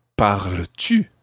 parles-tu